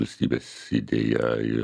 valstybės idėja ir